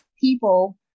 people